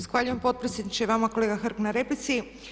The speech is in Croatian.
Zahvaljujem potpredsjedniče i vama kolega Hrg na replici.